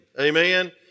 Amen